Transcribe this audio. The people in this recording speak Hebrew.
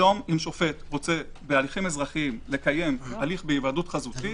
היום אם שופט רוצה בהליכים אזרחיים לקיים הליך בהיוועדות חזותית,